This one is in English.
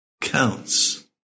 counts